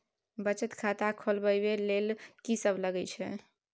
बचत खाता खोलवैबे ले ल की सब लगे छै?